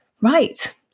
Right